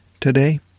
today